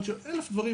אלף דברים,